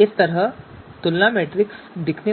इस तरह तुलना मैट्रिक्स दिखने वाला है